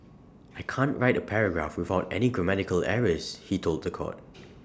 I can't write A paragraph without any grammatical errors he told The Court